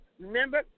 Remember